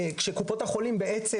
כשקופות החולים בעצם